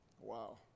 wow